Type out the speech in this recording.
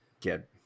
get